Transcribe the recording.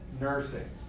Nursing